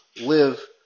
live